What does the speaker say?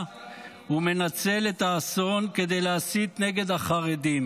הוא מנצל את האסון כדי להסית נגד החרדים.